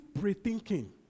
pre-thinking